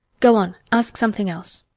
go on, ask something else.